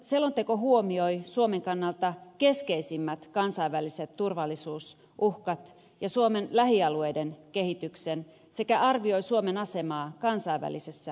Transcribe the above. selonteko huomioi suomen kannalta keskeisimmät kansainväliset turvallisuusuhkat ja suomen lähialueiden kehityksen sekä arvioi suomen asemaa kansainvälisessä toimintaympäristössä